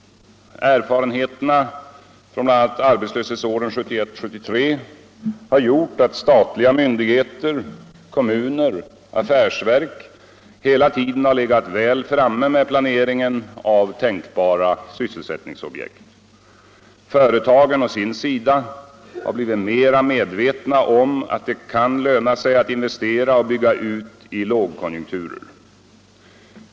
Erfarenheter från bl.a. arbetslöshetsåren 1971-1973 har gjort att statliga myndigheter, kommuner och affärsverk hela tiden legat väl framme med planeringen av tänkbara sysselsättningsobjekt. Företagen å sin sida har blivit mer medvetna om att det kan löna sig att investera och bygga ut i lågkonjunkturer.